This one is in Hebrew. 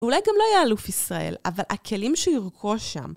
אולי גם לא יהיה אלוף ישראל, אבל הכלים שירכוש שם.